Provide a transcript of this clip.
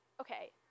okay